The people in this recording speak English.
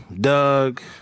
Doug